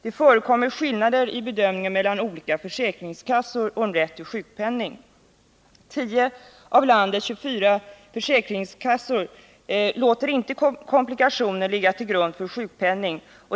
Det förekommer skillnader mellan olika försäkringskassor i deras bedömning av rätt till sjukpenning. 10 av landets 24 försäkringskassor låter inte komplikationer ligga till grund för sjukpenning.